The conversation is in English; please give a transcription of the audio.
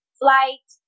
flight